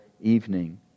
evening